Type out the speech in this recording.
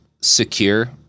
secure